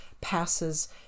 passes